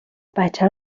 بچه